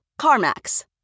CarMax